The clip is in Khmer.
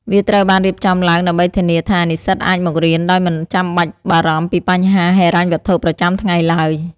វាត្រូវបានរៀបចំឡើងដើម្បីធានាថា និស្សិតអាចមករៀនដោយមិនចាំបាច់បារម្ភពីបញ្ហាហិរញ្ញវត្ថុប្រចាំថ្ងៃឡើយ។